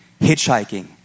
hitchhiking